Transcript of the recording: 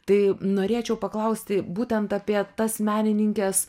tai norėčiau paklausti būtent apie tas menininkes